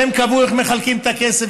והם קבעו איך מחלקים את הכסף,